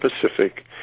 Pacific